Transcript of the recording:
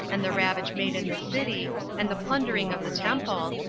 and the ravage made in the city, and the plundering of the temple,